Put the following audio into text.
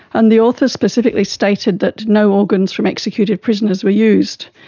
and the author specifically stated that no organs from executed prisoners were used,